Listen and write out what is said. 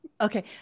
Okay